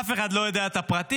אף אחד לא יודע את הפרטים.